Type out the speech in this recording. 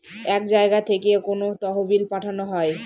এক জায়গা থেকে কোনো তহবিল পাঠানো হয়